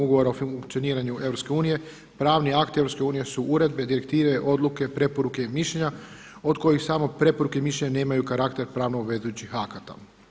Ugovora o funkcioniranju EU pravni akti EU su uredbe, direktive, odluke, preporuke i mišljenja od kojih samo preporuke i mišljenja nemaju karakter pravno obvezujućih akata.